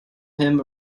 him